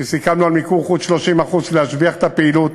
שסיכמנו על מיקור חוץ של 30% להשביח את הפעילות,